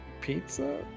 pizza